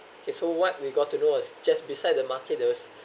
okay so what we've got to know was just beside the market there was